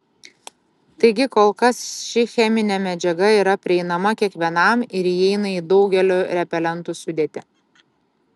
taigi kol kas ši cheminė medžiaga yra prieinama kiekvienam ir įeina į daugelio repelentų sudėtį